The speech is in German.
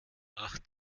ach